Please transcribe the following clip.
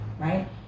right